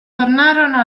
tornarono